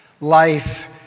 life